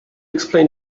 explain